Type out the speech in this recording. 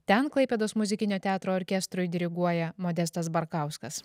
ten klaipėdos muzikinio teatro orkestrui diriguoja modestas barkauskas